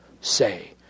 say